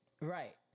right